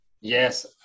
Yes